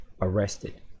arrested